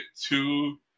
two